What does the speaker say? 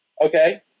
Okay